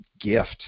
Gift